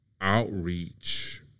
outreach